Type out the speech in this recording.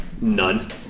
None